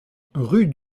rue